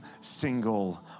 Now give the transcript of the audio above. single